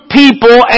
people